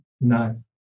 No